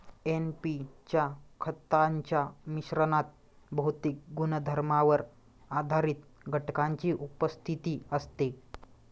NP च्या खतांच्या मिश्रणात भौतिक गुणधर्मांवर आधारित घटकांची उपस्थिती असते